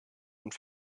und